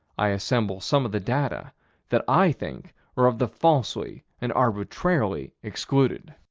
i assemble some of the data that i think are of the falsely and arbitrarily excluded.